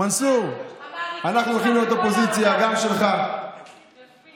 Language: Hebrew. המעריצים שלך בכל